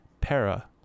Para